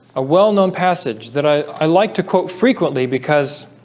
a well-known passage that i like to quote frequently because